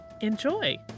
Enjoy